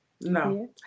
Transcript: no